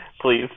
please